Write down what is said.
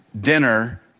dinner